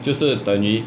就是等于